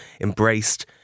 embraced